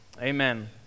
Amen